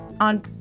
on